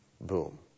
Boom